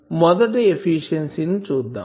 మొదటి ఎఫిషియన్సీని చూద్దాం